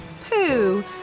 Pooh